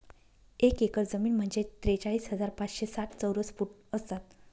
एक एकर जमीन म्हणजे त्रेचाळीस हजार पाचशे साठ चौरस फूट असतात